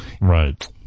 right